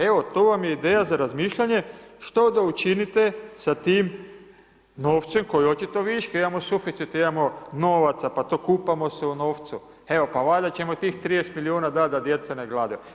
Evo to vam je ideja za razmišljanje, što da učinite sa tim novcem koji je očito višak, imamo suficit, imamo novaca, pa to kupamo se u novcu, evo pa valjda ćemo i tih 30 milijuna dat da djeca ne gladuju.